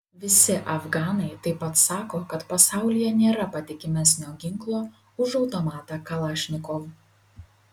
visi afganai taip pat sako kad pasaulyje nėra patikimesnio ginklo už automatą kalašnikov